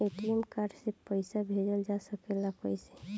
ATM card से पइसा भेजल जा सकेला कइसे?